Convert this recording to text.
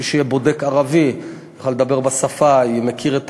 ברגע שיהיה בודק ערבי, שיוכל לדבר בשפה, שמכיר את